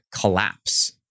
collapse